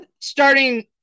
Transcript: starting